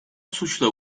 suçla